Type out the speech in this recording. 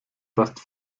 fast